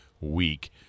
week